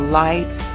light